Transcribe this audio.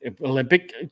Olympic